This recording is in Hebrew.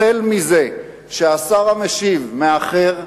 החל מזה שהשר המשיב לאי-אמון מאחר,